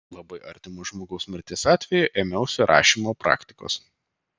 labai artimo žmogaus mirties atveju ėmiausi rašymo praktikos